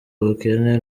ubukene